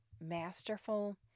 masterful